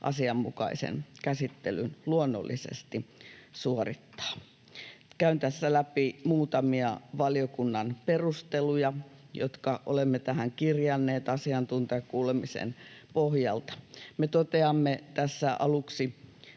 asianmukaisen käsittelyn luonnollisesti suorittaa. Käyn tässä läpi muutamia valiokunnan perusteluja, jotka olemme tähän kirjanneet asiantuntijakuulemisen pohjalta. Me toteamme tässä aluksi